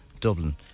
Dublin